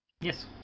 Yes